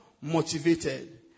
motivated